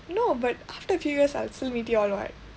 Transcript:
you know but after a few years I'll still meet you all what